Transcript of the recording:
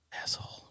Asshole